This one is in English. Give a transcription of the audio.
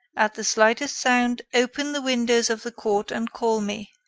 at the slightest sound, open the windows of the court and call me.